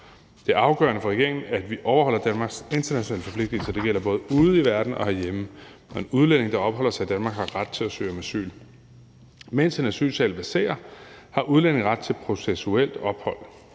Det er afgørende for regeringen, at vi overholder Danmarks internationale forpligtelser – det gælder både ude i verden og herhjemme – og en udlænding, der opholder sig i Danmark, har ret til at søge om asyl. Mens en asylsag verserer, har udlændinge ret til processuelt ophold,